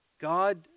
God